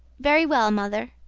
very well, mother,